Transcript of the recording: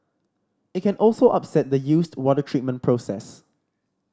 it can also upset the used water treatment process